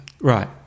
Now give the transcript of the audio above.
Right